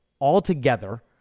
altogether